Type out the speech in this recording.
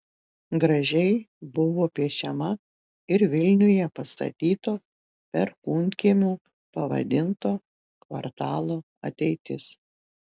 gražiai buvo piešiama ir vilniuje pastatyto perkūnkiemiu pavadinto kvartalo ateitis